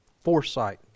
foresight